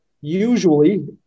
Usually